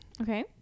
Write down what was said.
Okay